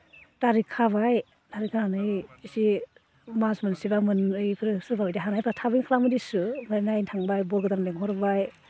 तारिख खाबाय तारिख खानानै एसे मास मोनसे बा मोननैफोर सोरबा बायदि हानायफ्रा थाबैनो खालामो देसुन ओमफ्राय नायनो थांबाय बर गोदान लिंहरबाय